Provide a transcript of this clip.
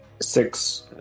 Six